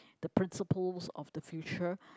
the principles of the future